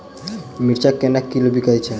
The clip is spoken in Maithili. मिर्चा केना किलो बिकइ छैय?